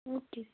okay